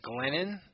Glennon